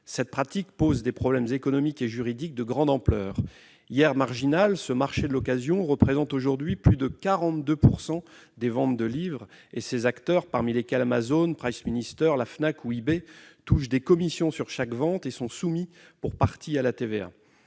Cette pratique pose des problèmes économiques et juridiques de grande ampleur. Hier marginal, le marché de l'occasion représente aujourd'hui plus de 42 % des ventes de livres. Ses acteurs, parmi lesquels Amazon, PriceMinister, la FNAC ou eBay, touchent des commissions sur chaque vente et sont soumis pour partie à la taxe